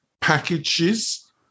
packages